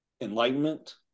enlightenment